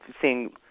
seeing